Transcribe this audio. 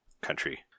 Country